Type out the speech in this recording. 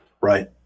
Right